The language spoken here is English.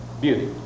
beauty